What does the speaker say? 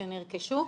שנרכשו,